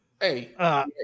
Hey